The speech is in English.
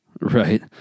Right